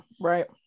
Right